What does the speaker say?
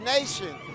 Nation